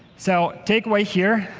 so take away here,